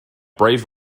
brave